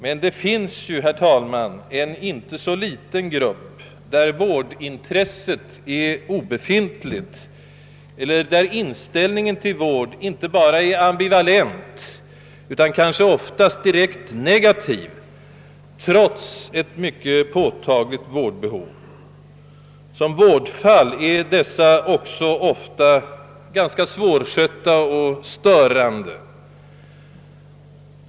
Men det finns, herr talman, en inte så liten grupp av narkomaner, där vårdintresset är obefintligt eller inställningen till vård inte bara är ambivalent utan kanske oftast direkt nega tiv trots ett mycket påtagligt vårdbehov. Som vårdfall är dessa också ofta ganska svårskötta och störande.